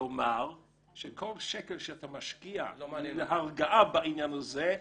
לומר שכל שקל שאתה משקיע להרגעה בעניין הזה,